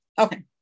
Okay